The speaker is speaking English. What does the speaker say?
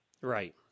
Right